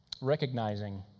recognizing